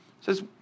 says